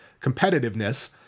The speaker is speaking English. competitiveness